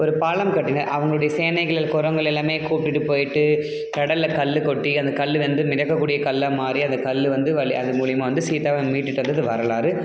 ஒரு பாலம் கட்டின அவங்களுடைய சேனைகள் குரங்குகள் எல்லாமே கூப்பிட்டுட்டுப் போயிட்டு கடலில் கல் கொட்டி அந்தக் கல் வந்து மிதக்கக்கூடிய கல்லாக மாறி அந்த கல் வந்து வழி அது மூலயமா வந்து சீதாவை மீட்டுகிட்டு வந்தது வரலாறு